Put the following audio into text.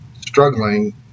Struggling